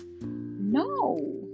No